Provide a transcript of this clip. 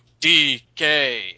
DK